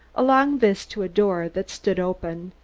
along this to a door that stood open,